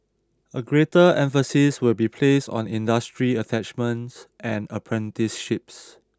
a greater emphasis will be placed on industry attachments and apprenticeships